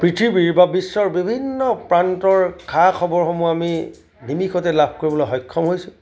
পৃথিৱীৰ বা বিশ্বৰ বিভিন্ন প্ৰান্তৰ খা খবৰসমূহ আমি নিমিষতে লাভ কৰিবলৈ সক্ষম হৈছোঁ